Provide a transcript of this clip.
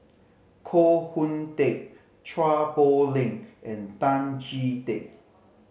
Koh Hoon Teck Chua Poh Leng and Tan Chee Teck